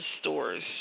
stores